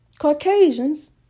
Caucasians